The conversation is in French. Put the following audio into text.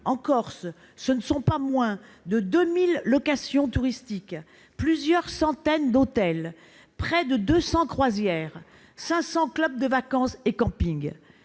en Corse, pas moins de 2 000 locations touristiques, plusieurs centaines d'hôtels, près de 200 croisières, 500 clubs de vacances et campings